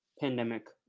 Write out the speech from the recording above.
pandemic